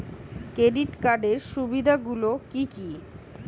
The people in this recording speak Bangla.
ক্রেডিট কার্ডের সুবিধা গুলো কি?